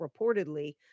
reportedly